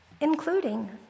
including